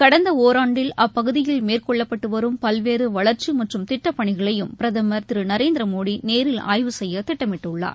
கடந்தஒராண்டில் அப்பகுதியில் மேற்கொள்ளப்பட்டுவரும் பல்வேறுவளர்ச்சிமற்றும் திட்டப்பனிகளையும் பிரதமர் திருநரேந்திரமோடிநேரில் ஆய்வு செய்யதிட்டமிட்டுள்ளார்